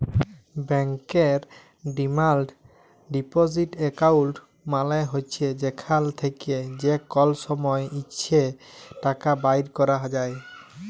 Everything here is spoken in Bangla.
ব্যাংকের ডিমাল্ড ডিপসিট এক্কাউল্ট মালে হছে যেখাল থ্যাকে যে কল সময় ইছে টাকা বাইর ক্যরা যায়